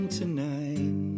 tonight